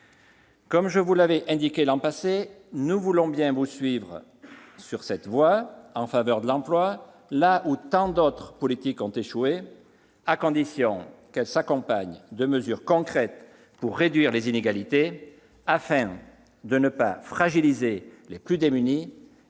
Comme je l'avais indiqué l'an passé, nous voulons bien vous accompagner sur cette nouvelle voie en faveur de l'emploi, là où tant d'autres politiques ont échoué, à condition qu'il y soit prévu des mesures concrètes pour réduire les inégalités, afin de ne pas fragiliser les plus démunis